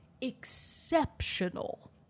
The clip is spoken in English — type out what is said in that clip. exceptional